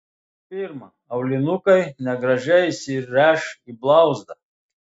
pirma aulinukai negražiai įsiręš į blauzdą